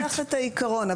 תחת העיקרון,